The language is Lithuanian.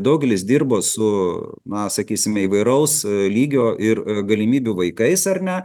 daugelis dirbo su na sakysime įvairaus lygio ir galimybių vaikais ar ne